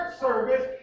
service